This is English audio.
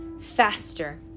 faster